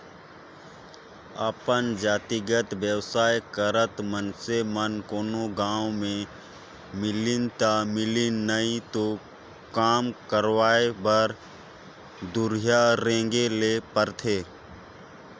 अपन जातिगत बेवसाय करत मइनसे मन कोनो गाँव में मिलिन ता मिलिन नई तो काम करवाय बर दुरिहां रेंगें ले परथे